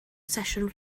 sesiwn